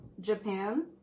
Japan